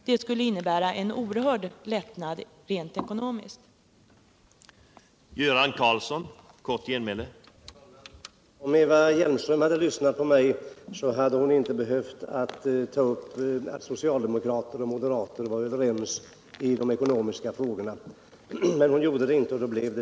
Det skulle innebära en klar lättnad rent ekonomiskt för dem.